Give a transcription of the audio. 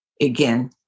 again